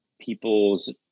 people's